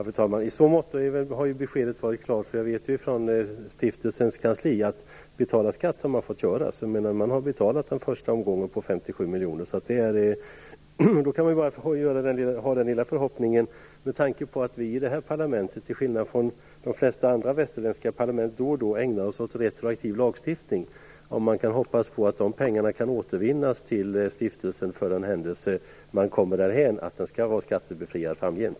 Fru talman! I så måtto har beskedet varit klart: Från stiftelsens kansli vet jag att man har fått betala skatt. Man har betalat den första omgången på 57 Med tanke på att vi i det här parlamentet till skillnad från andra västerländska parlament då och då ägnar oss åt retroaktiv lagstiftning kan man kanske hoppas på att pengarna kan återvinnas till stiftelsen för den händelse man kommer därhän att stiftelsen skall vara skattebefriad framgent.